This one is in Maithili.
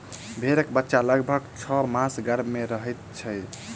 भेंड़क बच्चा लगभग छौ मास गर्भ मे रहैत छै